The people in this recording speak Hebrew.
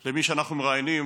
למי שאנחנו מראיינים.